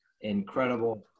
incredible